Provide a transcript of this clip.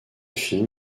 film